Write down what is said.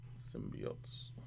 Symbiotes